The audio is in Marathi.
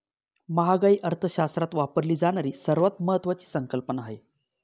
महागाई अर्थशास्त्रात वापरली जाणारी सर्वात महत्वाची संकल्पना आहे